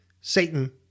Satan